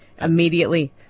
immediately